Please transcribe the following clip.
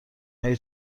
مگه